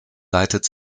leitet